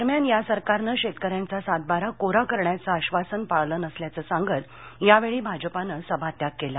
दरम्यान या सरकारनं शेतकऱ्यांचा सातबारा कोरा करण्याचं आश्वासन पाळलं नसल्याच सांगत यावेळी भाजपानं सभात्याग केला